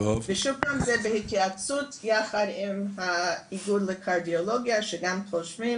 ושוב פעם זה בהתייעצות יחד עם האיגוד לקרדיולוגיה שגם חושבים